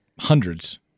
hundreds